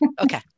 Okay